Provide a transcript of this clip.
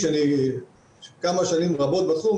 כמה שאני שנים רבות בתחום,